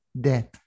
death